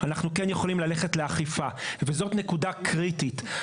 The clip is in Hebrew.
אנחנו כן יכולים ללכת לאכיפה וזאת נקודה קריטית.